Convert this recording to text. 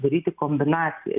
daryti kombinaciją